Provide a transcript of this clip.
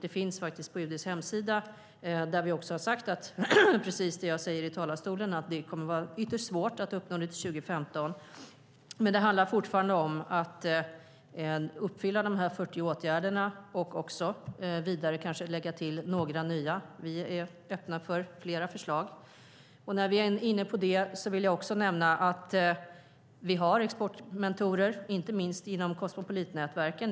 Det finns faktiskt på UD:s hemsida, där vi har sagt precis det jag säger i talarstolen, nämligen att det kommer att vara ytterst svårt att uppnå målet till 2015. Men det handlar fortfarande om att vidta de här 40 åtgärderna och kanske också lägga till några nya. Vi är öppna för fler förslag. När vi är inne på det vill jag nämna att vi har exportmentorer inte minst inom kosmopolitnätverken.